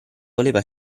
voleva